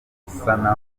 gusana